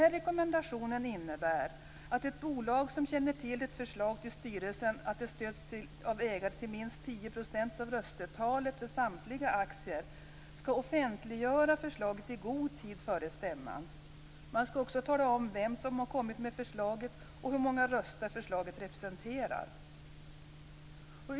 Rekommendationen innebär att ett bolag som känner till att ett förslag till styrelsen stöds av ägare till minst 10 % av röstetalet för samtliga aktier skall offentliggöra förslaget i god tid före stämman. Man skall också tala om vem som har kommit med förslaget och hur många röster förslaget representerar.